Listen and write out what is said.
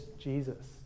jesus